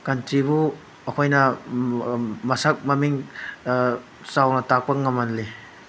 ꯀꯟꯇ꯭ꯔꯤꯕꯨ ꯑꯩꯈꯣꯏꯅ ꯃꯁꯛ ꯃꯃꯤꯡ ꯆꯥꯎꯅ ꯇꯥꯛꯄ ꯉꯝꯍꯜꯂꯤ